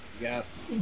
Yes